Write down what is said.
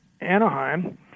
Anaheim